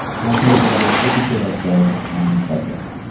how can we better educate ourselves on these subjects?